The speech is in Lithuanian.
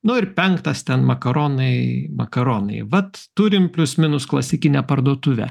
nu ir penktas ten makaronai makaronai vat turim plius minus klasikinę parduotuvę